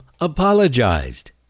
apologized